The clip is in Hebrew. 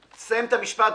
סיים את המשפט.